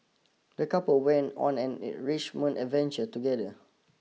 the couple went on an enrichment adventure together